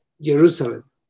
Jerusalem